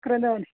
कृतवती